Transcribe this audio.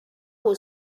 was